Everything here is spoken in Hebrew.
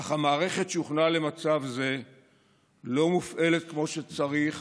אך המערכת שהוכנה למצב זה לא מופעלת כמו שצריך